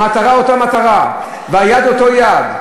המטרה אותה מטרה והיד אותה יד.